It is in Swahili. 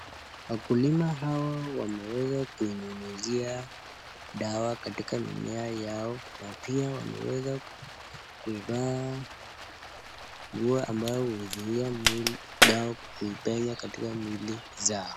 Wakulima hawa wameweza kunyunyizia dawa kwa mimea yao na pia wameweza kvaa nguo ambayo huzuia dawa kupenya katika mwili wao.